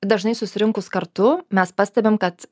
dažnai susirinkus kartu mes pastebim kad